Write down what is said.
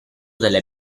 delle